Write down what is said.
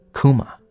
Kuma